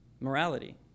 Morality